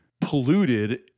polluted